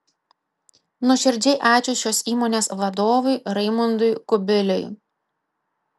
nuoširdžiai ačiū šios įmonės vadovui raimundui kubiliui